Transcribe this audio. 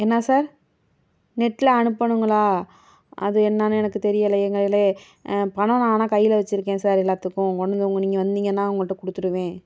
என்ன சார் நெட்டில் அனுப்பனுங்களா அது என்னெனு எனக்கு தெரியலைங்களே பணம் ஆனால் கையில் வச்சுருக்கேன் சார் எல்லாத்துக்கும் நீங்கள் வந்திங்கன்னால் உங்கள்கிட்ட கொடுத்துடுவேன்